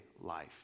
life